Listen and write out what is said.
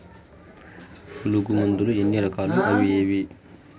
పులుగు మందులు ఎన్ని రకాలు అవి ఏవి?